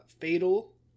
fatal